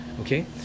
okay